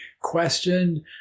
questioned